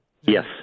Yes